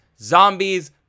zombies